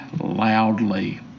loudly